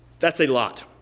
that's a lot.